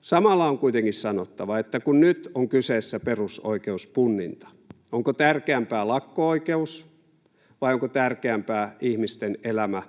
Samalla on kuitenkin sanottava, että kun nyt on kyseessä perusoikeuspunninta, onko tärkeämpää lakko-oikeus vai onko tärkeämpää ihmisten elämä